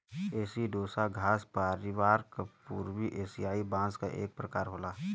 एसिडोसा घास परिवार क पूर्वी एसियाई बांस क एक प्रकार होला